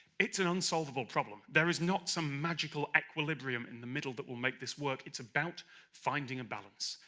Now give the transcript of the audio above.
it's an unsolvable problem. there is not some magical equilibrium in the middle that will make this work. it's about finding a balance.